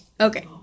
Okay